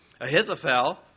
Ahithophel